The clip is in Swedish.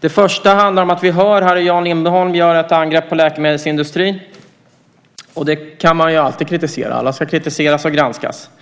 Det första är att vi hör Jan Lindholm göra ett angrepp på läkemedelsindustrin. Den kan man ju alltid kritisera. Alla ska kritiseras och granskas.